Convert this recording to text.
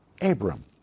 Abram